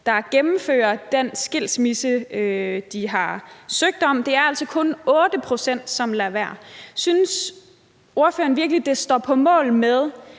der gennemfører den skilsmisse, de har søgt om; det er altså kun 8 pct., som lader være. Synes ordføreren virkelig, at det står mål med